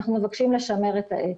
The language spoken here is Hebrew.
אנחנו מבקשים לשמר את העץ.